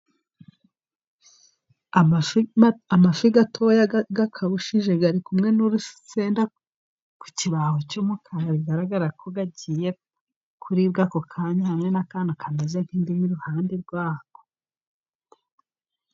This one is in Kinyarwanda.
Amafi matoya akabushije, ari kumwe n'urusenda ku kibaho cy'umukara, bigaragara ko agiye kuribwa ako kanya, hamwe n'akantu kameze nk'indimu iruhande rwayo.